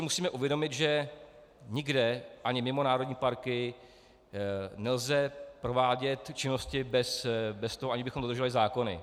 Musíme si uvědomit, že nikde, ani mimo národní parky, nelze provádět činnosti bez toho, aniž bychom dodržovali zákony.